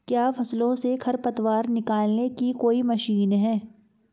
क्या फसलों से खरपतवार निकालने की कोई मशीन है?